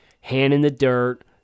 hand-in-the-dirt